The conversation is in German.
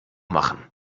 machen